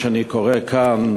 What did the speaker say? מה שאני קורא כאן,